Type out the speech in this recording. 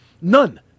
None